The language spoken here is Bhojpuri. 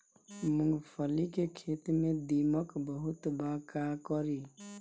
मूंगफली के खेत में दीमक बहुत बा का करी?